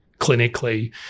clinically